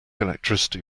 electricity